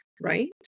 right